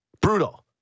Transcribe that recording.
Brutal